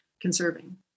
conserving